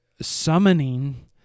summoning